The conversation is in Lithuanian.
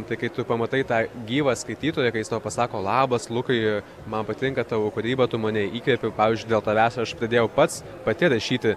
tai kai tu pamatai tą gyvą skaitytoją kai jis tau pasako labas lukai man patinka tavo kūryba tu mane įkvepi pavyzdžiui dėl tavęs aš pradėjau pats pati rašyti